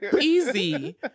Easy